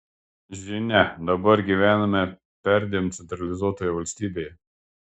žinia dabar gyvename perdėm centralizuotoje valstybėje